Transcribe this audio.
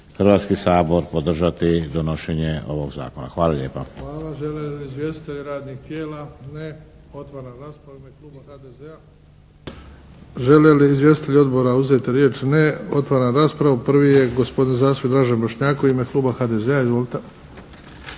Hrvatski sabor podržati donošenje ovog Zakona. Hvala lijepa.